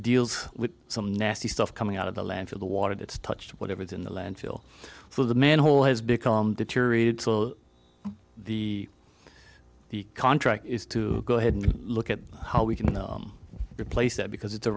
deals with some nasty stuff coming out of the landfill the water that's touched whatever's in the landfill for the manhole has become deteriorated so the contract is to go ahead and look at how we can replace that because it's a